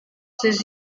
ces